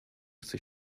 chce